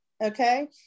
Okay